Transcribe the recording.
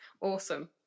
awesome